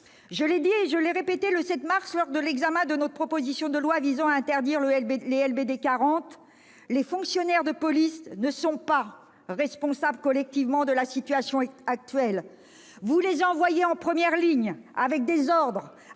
je l'ai dit et répété le 7 mars dernier, lors de l'examen de notre proposition de loi visant à interdire les LBD 40 : les fonctionnaires de police ne sont pas responsables collectivement de la situation actuelle. Vous les envoyez en première ligne, avec des ordres